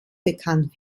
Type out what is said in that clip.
bekannt